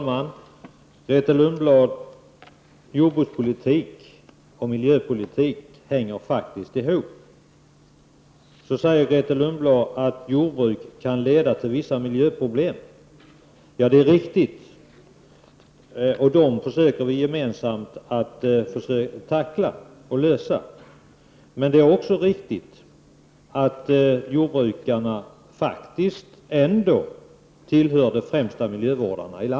Fru talman! Jordbrukspolitik och miljöpolitik, Grethe Lundblad, hänger faktiskt ihop. Så säger Grethe Lundblad att jordbruk kan leda till vissa miljöproblem. Det är riktigt. Dem försöker vi gemensamt att tackla och lösa. Det är också riktigt att jordbrukarna ändock tillhör de främsta miljövårdarna i vårt land.